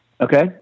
okay